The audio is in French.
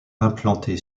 implanté